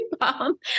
bomb